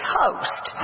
host